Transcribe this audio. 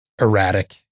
erratic